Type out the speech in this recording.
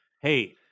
hey